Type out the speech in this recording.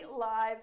live